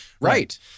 right